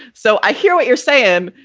so i hear what you're saying.